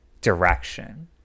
direction